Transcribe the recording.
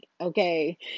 okay